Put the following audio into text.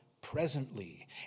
presently